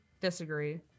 Disagree